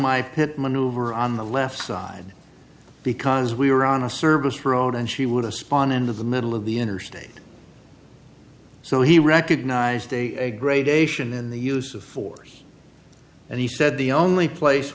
my pit maneuver on the left side because we were on a service road and she would have spawn into the middle of the interstate so he recognized a gradation in the use of force and he said the only place